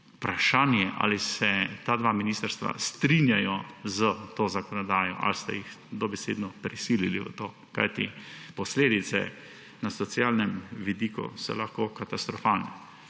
vprašanje je, ali se te dve ministrstvi strinjata s to zakonodajo ali ste ju dobesedno prisilili v to. Kajti posledice na socialnem vidiku so lahko katastrofalne.